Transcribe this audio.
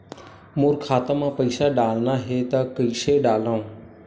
मोर खाता म पईसा डालना हे त कइसे डालव?